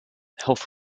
health